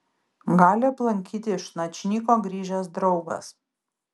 gali aplankyti iš načnyko grįžęs draugas